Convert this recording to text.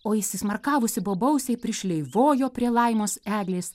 o įsismarkavusi bobausė šleivojo prie laimos eglės